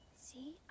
See